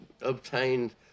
obtained